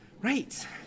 Right